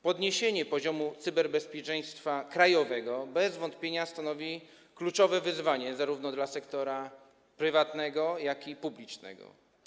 Podniesienie poziomu cyberbezpieczeństwa krajowego bez wątpienia stanowi kluczowe wyzwanie zarówno dla sektora prywatnego, jak i dla sektora publicznego.